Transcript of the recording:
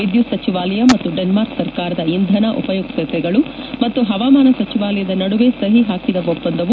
ವಿದ್ದುತ್ ಸಚಿವಾಲಯ ಮತ್ತು ಡೆನ್ಮಾರ್ಕ್ ಸರ್ಕಾರದ ಇಂಧನ ಉಪಯುಕ್ತತೆಗಳು ಮತ್ತು ಹವಾಮಾನ ಸಚಿವಾಲಯದ ನಡುವೆ ಸಹಿ ಹಾಕಿದ ಒಪ್ಪಂದವು